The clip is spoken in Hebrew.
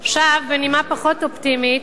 עכשיו, בנימה פחות אופטימית,